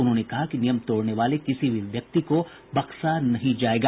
उन्होंने कहा कि नियम तोड़ने वाले किसी भी व्यक्ति को बख्शा नहीं जायेगा